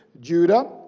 Judah